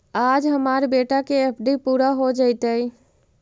आज हमार बेटा के एफ.डी पूरा हो जयतई